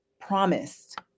promised